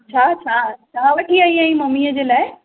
छा छा छा वठी आईं आहीं मम्मीअ जे लाइ